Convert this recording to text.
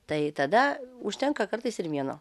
tai tada užtenka kartais ir vieno